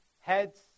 heads